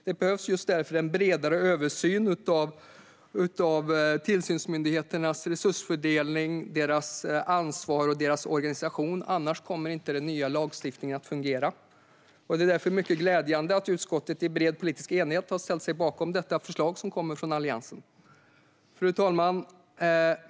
Det behövs därför en bredare översyn av tillsynsmyndigheternas resursfördelning, ansvar och organisation. Annars kommer inte den nya lagstiftningen att fungera. Det är därför mycket glädjande att utskottet i bred politisk enighet har ställt sig bakom detta förslag som kommer från Alliansen. Fru talman!